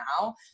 now